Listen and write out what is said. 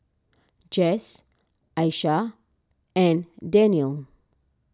Jess Aisha and Dannielle